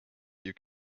you